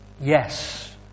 yes